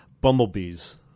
Bumblebees